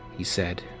he said.